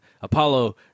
apollo